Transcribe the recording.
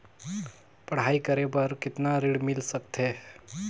पढ़ाई करे बार कितन ऋण मिल सकथे?